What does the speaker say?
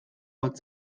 bat